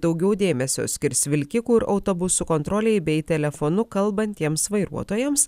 daugiau dėmesio skirs vilkikų ir autobusų kontrolei bei telefonu kalbantiems vairuotojams